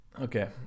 okay